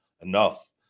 enough